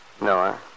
No